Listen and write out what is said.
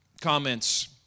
comments